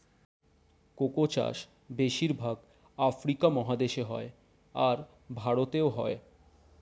cocoa চাষ বেশির ভাগ আফ্রিকা মহাদেশে হয়, আর ভারতেও হয়